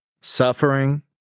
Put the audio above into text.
suffering